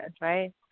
right